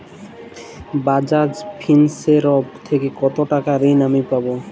Bajaj Finserv থেকে কতো টাকা ঋণ আমি পাবো?